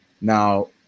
now